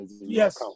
Yes